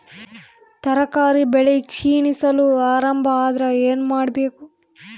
ತರಕಾರಿ ಬೆಳಿ ಕ್ಷೀಣಿಸಲು ಆರಂಭ ಆದ್ರ ಏನ ಮಾಡಬೇಕು?